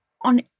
on